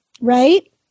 right